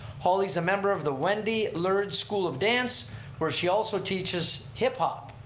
holly's a member of the wendy leard school of dance where she also teaches hip hop.